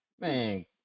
Man